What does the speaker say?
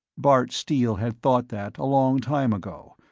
bart steele had thought that, a long time ago,